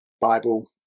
bible